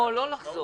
לא לחזור.